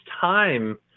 time